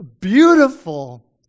beautiful